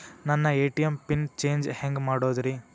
ನನ್ನ ATM PIN change ಹೆಂಗ್ ಮಾಡೋದ್ರಿ?